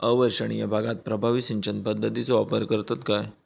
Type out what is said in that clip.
अवर्षणिय भागात प्रभावी सिंचन पद्धतीचो वापर करतत काय?